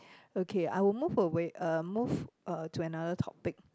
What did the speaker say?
okay I will move away uh move uh to another topic